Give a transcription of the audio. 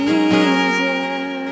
Jesus